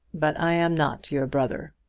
but i am not your brother.